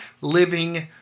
living